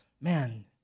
man